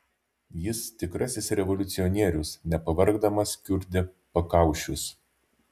jis tikrasis revoliucionierius nepavargdamas kiurdė pakaušius